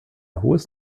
hohes